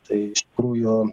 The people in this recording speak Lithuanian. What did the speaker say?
tai iš tikrųjų